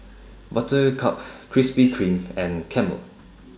Buttercup Krispy Kreme and Camel